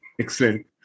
Excellent